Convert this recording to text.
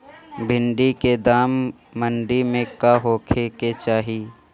भिन्डी के दाम मंडी मे का होखे के चाही?